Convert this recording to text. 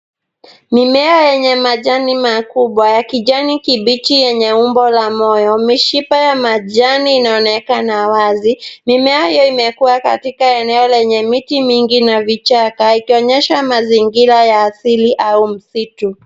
Mimea yenye majani makubwa ya kijani kibichi yenye umbo la moyo. Mishipa ya majani inaonekana wazi. Mimea hiyo imekuwa katika eneo lenye miti mingi na vichaka, ikionyesha mazingira ya asili au msitu.